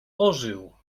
ożył